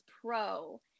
Pro